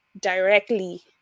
directly